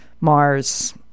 mars